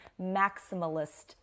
maximalist